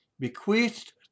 bequeathed